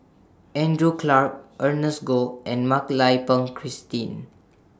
Andrew Clarke Ernest Goh and Mak Lai Peng Christine